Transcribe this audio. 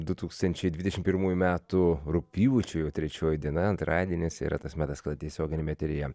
du tūkstančiai dvidešimt pirmųjų metų rugpjūčio jau trečioji diena antradienis yra tas metas kada tiesioginiame eteryje